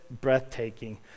breathtaking